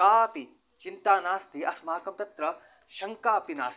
कापि चिन्ता नास्ति अस्माकं तत्र शङ्कापि नास्ति